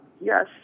yes